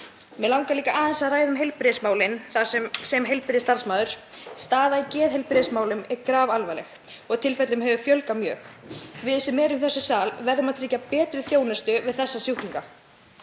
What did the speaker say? Mig langar líka aðeins að ræða um heilbrigðismálin sem heilbrigðisstarfsmaður. Staða í geðheilbrigðismálum er grafalvarleg og tilfellum hefur fjölgað mjög. Við sem erum í þessum sal verðum að tryggja betri þjónustu við þessa sjúklinga.